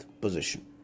position